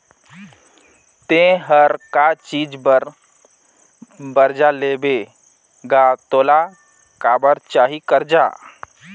ते हर का चीच बर बरजा लेबे गा तोला काबर चाही करजा